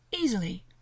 Easily